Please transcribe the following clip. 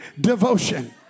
devotion